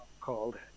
called